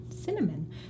cinnamon